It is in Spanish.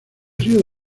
río